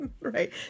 right